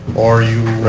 or you